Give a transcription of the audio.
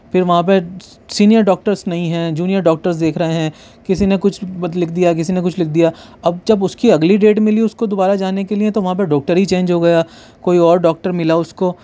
پھر وہاں پہ سینئر ڈاکٹرس نہیں ہیں جونیئر ڈاکٹرس دیکھ رہے ہیں کسی نے کچھ بت لکھ دیا کسی نے کچھ لکھ دیا اب جب اس کی اگلی ڈیٹ ملی اس کو دوبارہ جانے کے لیے تو وہاں پہ ڈاکٹر ہی چینج ہو گیا کوئی اور ڈاکٹر ملا اس کو